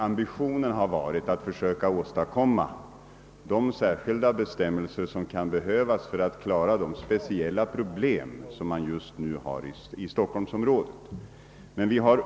Ambitionen har varit att försöka åstadkomma de särskilda bestämmelser som kan behövas för att klara de speciella problem som finns just nu i stockholmsområdet.